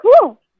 cool